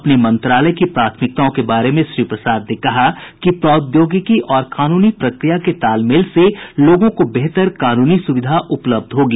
अपने मंत्रालय की प्राथमिकताओं के बारे में श्री प्रसाद ने कहा कि प्रौद्योगिकी और कानूनी प्रक्रिया के तालमेल से लोगों को बेहतर कानूनी सुविधा उपलब्ध होगी